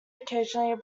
occasionally